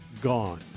gone